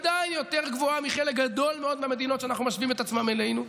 עדיין יותר גבוהה מחלק גדול מאוד מהמדינות שאנחנו משווים את עצמן אלינו.